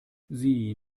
sie